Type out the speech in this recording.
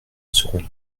seront